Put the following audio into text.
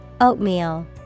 Oatmeal